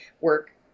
work